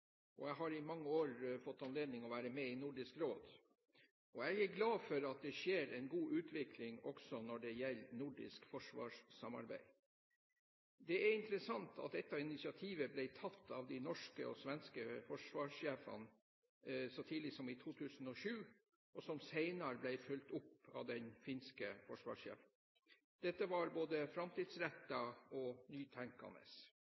og jeg har i mange år fått anledning til å være med i Nordisk råd. Jeg er glad for at det skjer en god utvikling også når det gjelder nordisk forsvarssamarbeid. Det er interessant at dette initiativet ble tatt av den norske og den svenske forsvarssjefen så tidlig som i 2007, og senere ble fulgt opp av den finske forsvarssjefen. Dette var både